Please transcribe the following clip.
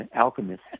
alchemist